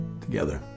together